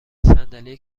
صندلی